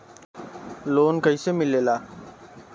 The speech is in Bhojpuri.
लोन कईसे मिलेला?